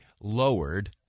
lowered